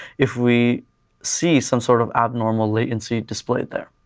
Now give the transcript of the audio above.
if we see some sort of abnormal latency displayed there.